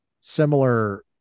similar